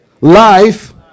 life